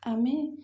ଆମେ